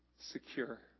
Secure